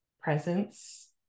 presence